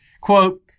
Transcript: Quote